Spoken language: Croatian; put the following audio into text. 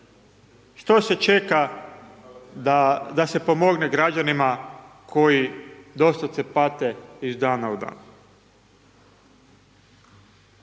Što se čeka da se pomogne građanima koji doslovce pate iz dana u dan?